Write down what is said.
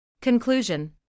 Conclusion